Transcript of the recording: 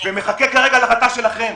ומחכה להחלטה שלכם,